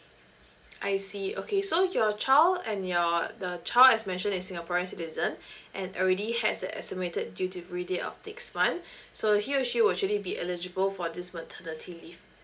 I see okay so your child and your the child as mention is singaporean citizen and already has the estimated due delivery date of next month so he or she will actually be eligible for this maternity leave